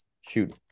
shoot